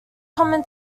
common